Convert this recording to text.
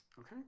okay